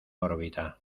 órbita